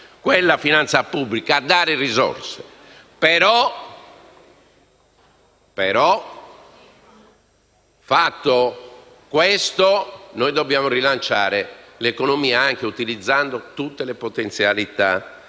quella finanza pubblica e a dare risorse. Tuttavia, fatto questo, dobbiamo rilanciare l'economia, anche utilizzando tutte le potenzialità del